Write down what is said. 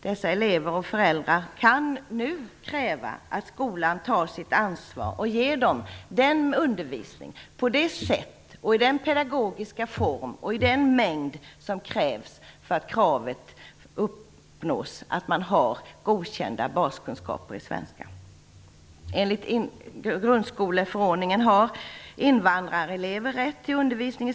Dessa elever och föräldrar kan nu kräva att skolan tar sitt ansvar och ger eleverna undervisning på det sätt, i den pedagogiska form och i den mängd som krävs för att kravet på godkända baskunskaper i svenska skall uppfyllas.